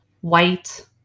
white